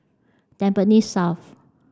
Tampines South